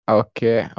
okay